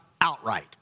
outright